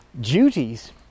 duties